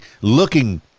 looking